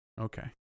Okay